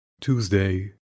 Tuesday